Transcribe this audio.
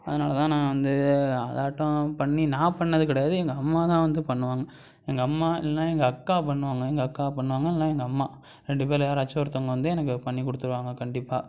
அதனால் தான் நான் வந்து அதாட்டம் பண்ணி நான் பண்ணது கிடையாது எங்கள் அம்மா தான் வந்து பண்ணுவாங்கள் எங்கள் அம்மா இல்லைனா எங்கள் அக்கா பண்ணுவாங்கள் எங்கள் அக்கா பண்ணுவாங்கள் இல்லைனா எங்கள் அம்மா ரெண்டு பேர்ல யாராச்சும் ஒருத்தவங்கள் வந்து எனக்கு பண்ணி கொடுத்துருவாங்க கண்டிப்பாக